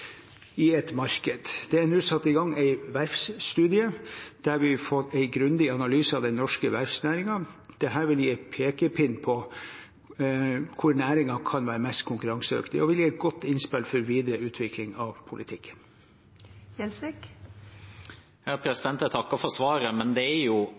et internasjonalt marked. Det er nå satt i gang en verftsstudie der vi vil få en grundig analyse av den norske verftsnæringen. Dette vil gi en pekepinn på hvor næringen kan være mest konkurransedyktig, og gi et godt innspill for videre utvikling av politikken. Jeg takker for svaret, men det er jo